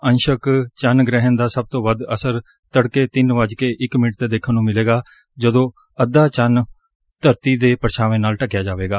ਅੰਸ਼ਕ ਚੰਦ ਗੁਹਿਣ ਦਾ ਸਭ ਤੋ ਵੱਧ ਅਸਰ ਤੜਕੇ ਤਿੰਨ ਵਜ ਕੇ ਇਕ ਮਿੰਟ ਤੇ ਦੇਖਣ ਨੁੰ ਮਿਲੇਗਾ ਜਦੋ ਅੱਧਾ ਚੰਦ ਧਰਤੀ ਦੇ ਪਰਛਾਵੇ ਨਾਲ ਢੱਕਿਆ ਜਾਵੇਗਾ